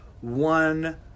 one